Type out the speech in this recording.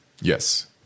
Yes